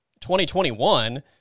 2021